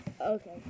Okay